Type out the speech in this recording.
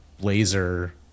laser